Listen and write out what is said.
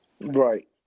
Right